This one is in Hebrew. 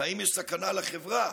והאם יש סכנה לחברה